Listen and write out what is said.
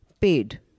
paid